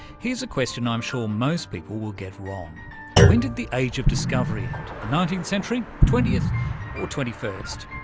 here's a question i'm sure most people will get wrong when did the age of discovery end? the nineteenth century, twentieth or twenty first?